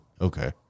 Okay